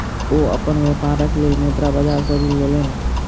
ओ अपन व्यापारक लेल मुद्रा बाजार सॅ ऋण लेलैन